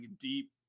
deep